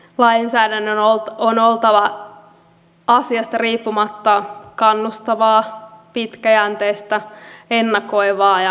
lainsäädännön on oltava asiasta riippumatta kannustavaa pitkäjänteistä ennakoivaa ja oikeudenmukaista